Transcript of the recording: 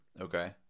Okay